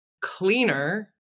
cleaner